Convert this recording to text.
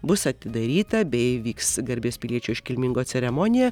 bus atidaryta bei vyks garbės piliečio iškilminga ceremonija